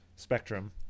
spectrum